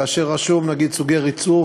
כאשר רשום נגיד סוגי ריצוף,